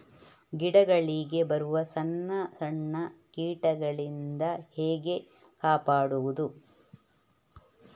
ಗಿಡಗಳಿಗೆ ಬರುವ ಸಣ್ಣ ಸಣ್ಣ ಕೀಟಗಳಿಂದ ಹೇಗೆ ಕಾಪಾಡುವುದು?